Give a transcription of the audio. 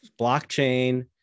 blockchain